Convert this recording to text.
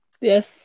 Yes